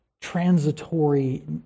transitory